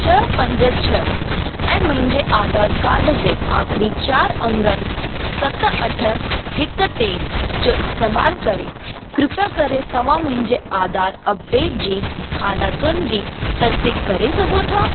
छ्ह पंज छह ऐं मुहिंजे आधार कार्ड जे आखिरीं चारि अङनि सत अठ हिक टे जो इस्तेमालु करे कृप्या करे तव्हां मुंहिंजे आधार अपडेट जी हालतुनि जी तसदीकु करे सघो था